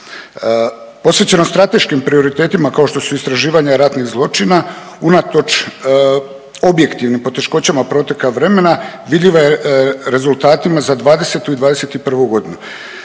Posvećenog strateškim prioritetima, kao što su istraživanja ratnih zločina, unatoč objektivnim poteškoćama proteka vremena, vidljiva je rezultatima za '20. i '21. g.